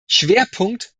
schwerpunkt